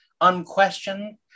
unquestioned